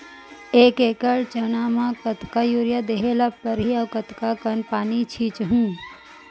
एक एकड़ चना म कतका यूरिया देहे ल परहि अऊ कतका कन पानी छींचहुं?